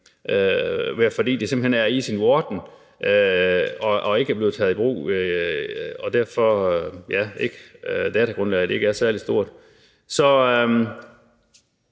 fordi det simpelt hen er i sin vorden og ikke er blevet taget i brug, og derfor er datagrundlaget ikke særlig stort. Så